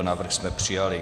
Návrh jsme přijali.